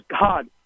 God